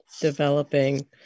developing